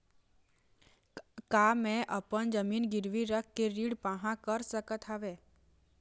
का मैं अपन जमीन गिरवी रख के ऋण पाहां कर सकत हावे?